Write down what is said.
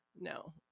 no